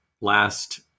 last